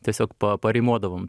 tiesiog pa parymodavom